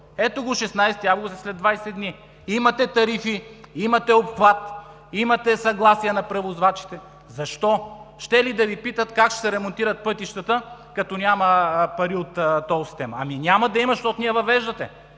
Шестнадесети август е след двадесет дни. Имате тарифи, имате обхват, имате съгласие на превозвачите. Защо? Щели да Ви питат как ще се ремонтират пътищата, като няма пари от тол система? Ами няма да има, защото не я въвеждате.